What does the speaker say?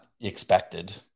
expected